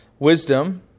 Wisdom